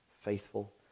faithful